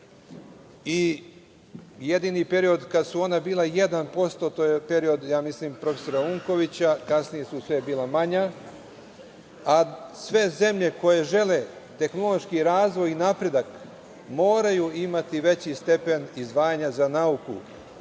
Jedini period kada su ona bila 1%, to je period, ja mislim, profesora Unkovića, kasnije su sve bila manja, a sve zemlje koje žele tehnološki je razvoj i napredak, moraju imati veći stepen izdvajanja za nauku.